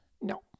No